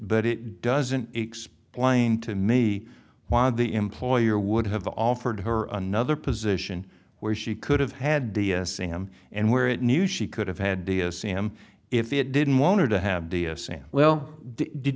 but it doesn't explain to me why the employer would have offered her another position where she could have had the sam and where it knew she could have had the assam if it didn't want her to have the assam well did